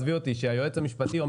היועץ המשפטי,